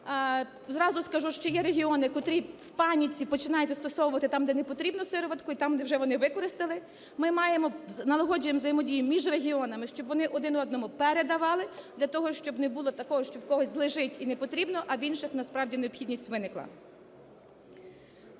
Зразу скажу, що є регіони, котрі в паніці починають застосовувати там, де непотрібно, сироватку і там, де вже вони використали. Ми маємо… налагоджуємо взаємодію між регіонам, щоб вони один одному передавали, для того щоб не було такого, що в когось лежить і непотрібно, а в інших насправді необхідність виникла.